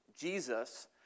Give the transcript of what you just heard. Jesus